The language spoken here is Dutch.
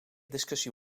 discussie